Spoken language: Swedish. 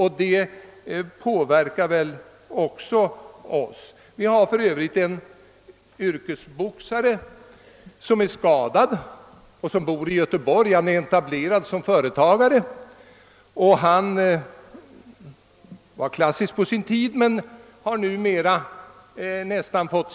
Detta påverkar också oss. Vi har för övrigt en f.d. yrkesboxare som bor i Göteborg och som tidigare blivit skadad. Han är etablerad som företagare. Han var klassisk på sin tid och har numera fått sin skada nästan läkt.